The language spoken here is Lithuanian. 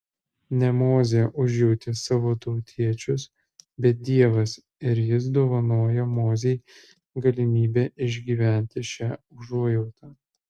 ne mozė užjautė savo tautiečius bet dievas ir jis dovanoja mozei galimybę išgyventi šią užuojautą